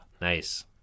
Nice